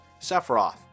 Sephiroth